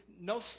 No